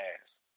ass